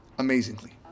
Amazingly